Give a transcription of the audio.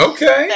Okay